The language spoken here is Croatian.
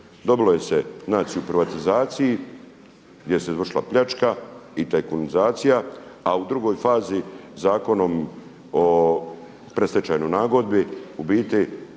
Dobilo se znači u privatizaciji gdje se izvršila pljačka i tajkunizacija, a u drugoj fazi Zakonom o predstečajnoj nagodbi u biti